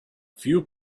few